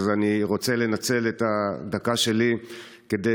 אז אני רוצה לנצל את הדקה שלי כדי